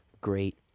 great